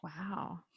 Wow